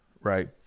Right